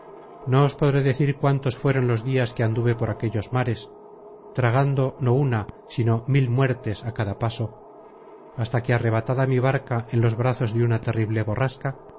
os podré decir cuántos fueron los dias que anduve por aquellos mares tragando no una sino mil muertes á cada paso hasta que arrebatada mi barca en los brazos de una terrible borrasca